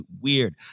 weird